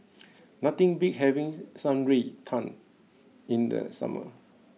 nothing beats having Shan Rui Tang in the summer